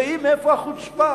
ראי מאיפה החוצפה.